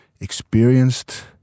experienced